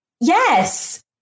yes